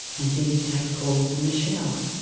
and did he take calls in the shower?